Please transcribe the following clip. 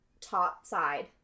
topside